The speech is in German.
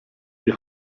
die